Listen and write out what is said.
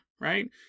right